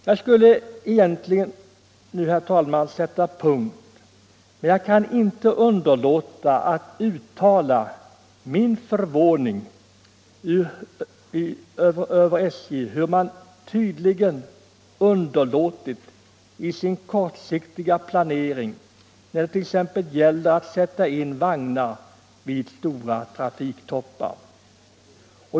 Jag skulle egentligen sätta punkt nu. herr talman, men jag kan inte underlåta att uttala min förvåning över hur SJ isin kortsiktiga planering tydligen underlåter att sätta in extra vagnar vid stora trafiktoppar.